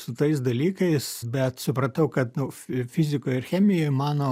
su tais dalykais bet supratau kad nu fizikoj ir chemijoj mano